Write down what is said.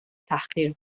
تحقیر